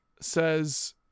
says